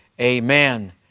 Amen